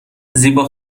زیبا